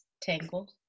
Tangled